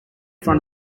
front